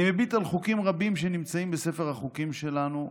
אני מביט על חוקים רבים שנמצאים בספר החוקים שלנו,